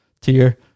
tier